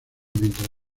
mientras